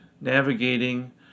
navigating